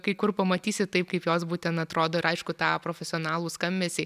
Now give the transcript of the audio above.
kai kur pamatysi taip kaip jos būten atrodo ir aišku tą profesionalų skambesį